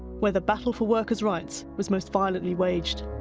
where the battle for workers' rights was most violently waged.